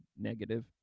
negative